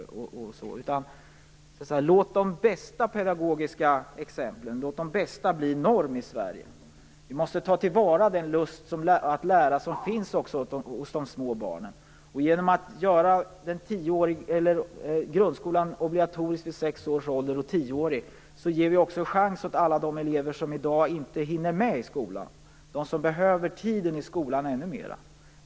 Låt de bästa pedagogiska exemplen bli norm i Sverige! Vi måste ta till vara den lust att lära som finns hos de små barnen. Genom att göra grundskolan obligatorisk vid sex års ålder och tioårig ger vi också chans åt alla de elever som inte hinner med i skolan, som behöver tiden i skolan ännu mer.